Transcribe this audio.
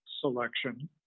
selection